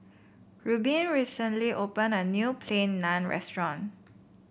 Reubin recently opened a new Plain Naan Restaurant